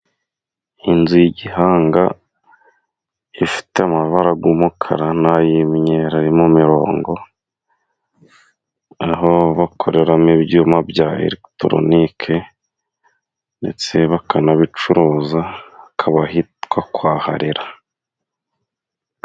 Inzu ya gihanga， ifite amabara y’umukara n'imyeru arimo imorongo， aho bakoreramo ibyuma bya elegitoronike， ndetse bakanabicuruza akaba ahitwa kwa Harera.